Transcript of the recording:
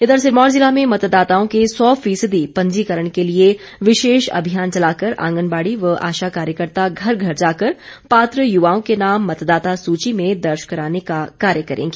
इधर सिरमौर जिला में मतदाताओं के सौ फीसदी पंजीकरण के लिए विशेष अभियान चलाकर आंगनबाड़ी व आशा कार्यकर्ता घर घर जाकर पात्र युवाओं के नाम मतदाता सूची में दर्ज कराने का कार्य करेंगी